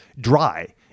dry